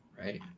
Right